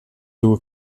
doe